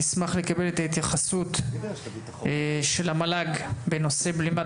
נשמח לקבל את ההתייחסות של המל"ג בנושא של בלימת